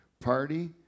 party